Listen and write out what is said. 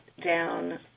down